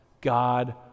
God